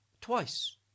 twice